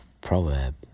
proverb